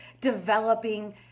developing